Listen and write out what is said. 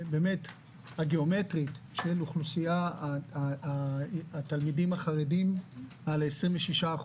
הגיאומטרית של האוכלוסייה של התלמידים החרדים ל-26%,